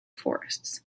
forests